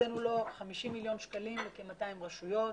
הקצינו לו 50 מיליון שקלים לכ-200 רשויות.